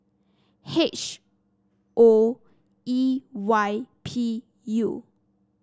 H O E Y P U